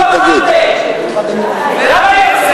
הייתם יכולים לבחור נשיאה ולא בחרתם